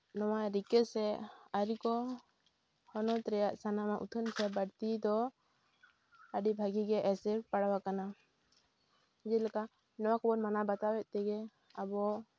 ᱱᱚᱣᱟ ᱨᱤᱠᱟᱹ ᱥᱮ ᱟᱹᱨᱤ ᱠᱚ ᱦᱚᱱᱚᱛ ᱨᱮᱭᱟᱜ ᱥᱟᱱᱟᱢᱟᱜ ᱩᱛᱷᱱᱟᱹᱣ ᱥᱮ ᱵᱟᱹᱲᱛᱤ ᱫᱚ ᱟᱹᱰᱤ ᱵᱷᱟᱹᱜᱤ ᱜᱮ ᱮᱥᱮᱨ ᱯᱟᱲᱟᱣ ᱟᱠᱟᱱᱟ ᱡᱮᱞᱮᱠᱟ ᱱᱚᱣᱟ ᱠᱚᱵᱚᱱ ᱢᱟᱱᱟᱣ ᱵᱟᱛᱟᱣ ᱮᱫ ᱛᱮᱜᱮ ᱟᱵᱚ